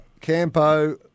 Campo